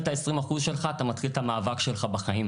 אצל אימא שלך אתה נשאר על אותם אחוזים.